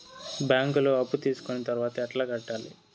బ్యాంకులో అప్పు తీసుకొని తర్వాత ఎట్లా కట్టాలి?